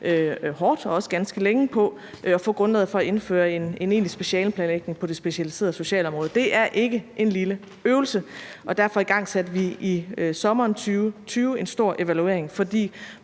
hårdt og også ganske længe på at få grundlaget for at indføre en egentlig specialeplanlægning på det specialiserede socialområde. Det er ikke en lille øvelse, og derfor igangsatte vi i sommeren 2020 en stor evaluering. For